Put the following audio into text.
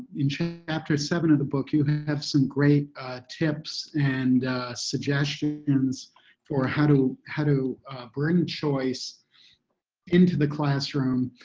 in chapter seven of the book, you have some great tips and suggestions for how to how to bring choice into the classroom,